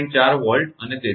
4 Volt અને તેથી વધુ